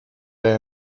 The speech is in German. der